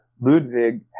Ludwig